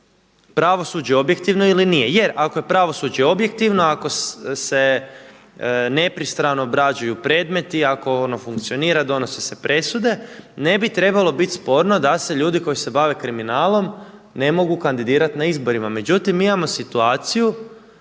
pravosuđe objektivno ili nije jer ako je pravosuđe objektivno ako se nepristrano obrađuju predmeti, ako ono funkcionira donose se presude, ne bi trebalo biti sporno da se ljudi koji se bave kriminalom ne mogu kandidirati na izborima. Međutim mi imamo situaciju